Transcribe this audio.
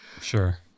Sure